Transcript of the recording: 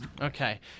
Okay